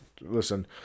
Listen